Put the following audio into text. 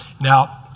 Now